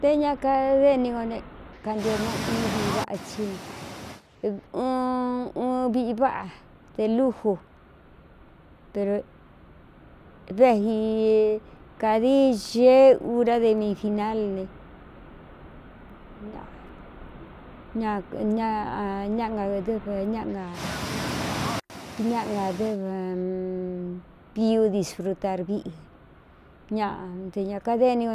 Té ña kadeni no né kantio no uun viꞌi váꞌā cí n uu viꞌi váꞌa de lúju pero véxi kādii geé urá de mi final ne ñáꞌngadɨ́v ñánadɨv piiú disfrutar viꞌi ñaꞌa nte ña kadení o